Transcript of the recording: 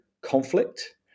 conflict